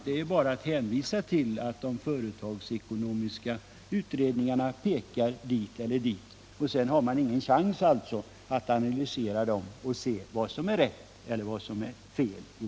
Det är bara att hänvisa till att de företagsekonomiska utredningarna pekar hit eller dit, men sedan har man ingen chans att analysera dem för att se vad som är rätt och vad som är fel.